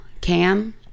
Cam